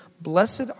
Blessed